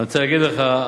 אני רוצה להגיד לך,